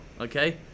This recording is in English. Okay